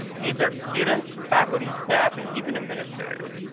these are students, faculty, staff, and even administrators.